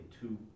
two